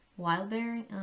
wildberry